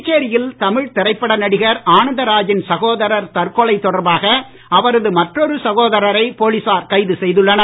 புதுச்சேரியில் தமிழ் திரைப்பட நடிகர் ஆனந்த ராஜின் சகோதரர் தற்கொலை தொடர்பாக அவரது மற்றொரு சகோதரரை போலீசார் கைது செய்துள்ளனர்